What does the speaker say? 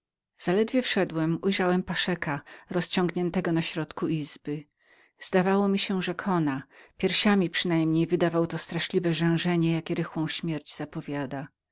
zaledwie wszedłem ujrzałem paszeka rozciągniętego na środku izby zdawał się być na skonaniu piersiami przynajmniej wydawał to chrapanie jakie rychłą śmierć zapowiada